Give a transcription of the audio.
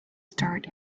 start